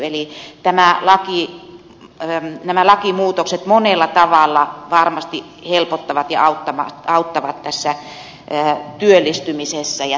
eli nämä lakimuutokset monella tavalla varmasti helpottavat ja auttavat työllistymisessä ja työllistämisessä